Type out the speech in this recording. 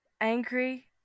angry